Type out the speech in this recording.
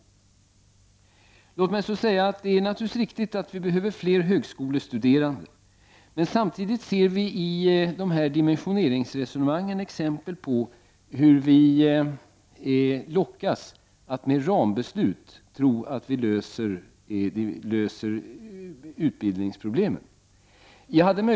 Låt mig så säga att det naturligtvis är riktigt att vi behöver fler högskolestuderande. Men samtidigt ser vi i dimensioneringsresonemangen exempel på hur vi lockas att tro att vi löser utbildningsproblemet med rambeslut.